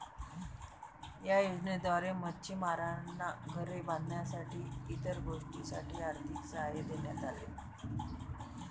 या योजनेद्वारे मच्छिमारांना घरे बांधण्यासाठी इतर गोष्टींसाठी आर्थिक सहाय्य देण्यात आले